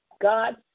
God